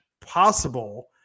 possible